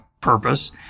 purpose